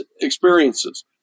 experiences